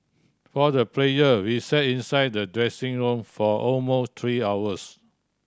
for the players we sat inside the dressing room for almost three hours